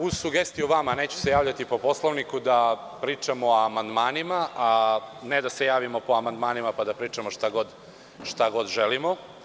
Uz sugestiju vama, neću se javljati po Poslovniku, da pričamo o amandmanima, a ne da se javimo po amandmanima pa da pričamo šta god želimo.